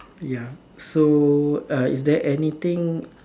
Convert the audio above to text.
ya so uh is there anything